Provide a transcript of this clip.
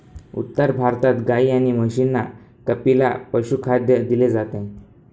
उत्तर भारतात गाई आणि म्हशींना कपिला पशुखाद्य दिले जाते